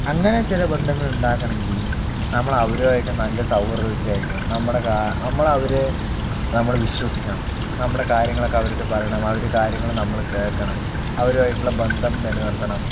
അങ്ങനെ ചില ബന്ധങ്ങളുണ്ടാക്കണമെങ്കിൽ നമ്മള് അവരുമായിട്ട് നല്ല സൗഹൃദത്തിലായിരിക്കണം നമ്മുടെ നമ്മൾ അവരെ നമ്മൾ വിശ്വസിക്കണം നമ്മുടെ കാര്യങ്ങളൊക്കെ അവരെ അടുത്ത് പറയണം അവര് കാര്യങ്ങള് നമ്മള് കേൾക്കണം അവരുമായിട്ടുള്ള ബന്ധം നിലനിർത്തണം